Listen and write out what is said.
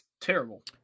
Terrible